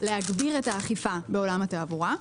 להגביר את האכיפה בעולם התעבורה.